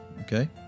okay